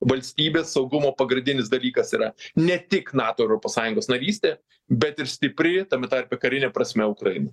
valstybės saugumo pagrindinis dalykas yra ne tik nato ir europos sąjungos narystė bet ir stipri tame tarpe karine prasme ukraina